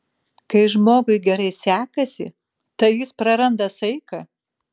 kai žmogui gerai sekasi tai jis praranda saiką